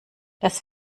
das